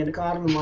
and cotton